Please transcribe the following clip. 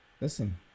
listen